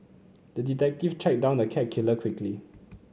the detective tracked down the cat killer quickly